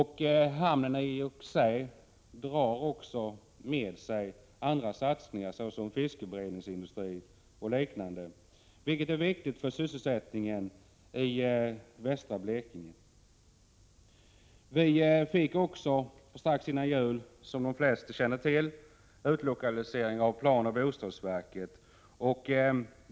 Hamnen drar också med sig andra satsningar som fiskeberedningsindustri och liknande, vilket är viktigt för sysselsättningen i västra Blekinge. Vi fick strax före jul, som de flesta känner till, en utlokalisering av planoch bostadsverket.